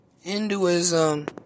Hinduism